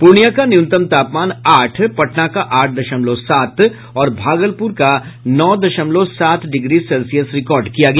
पूर्णियां का न्यूनतम तापमान आठ पटना का आठ दशमलव सात और भागलपुर का नौ दशमलव सात डिग्री सेल्सियस रिकॉर्ड किया गया